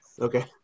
Okay